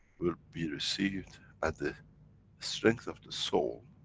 will be received at the strength of the soul.